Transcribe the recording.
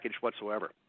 whatsoever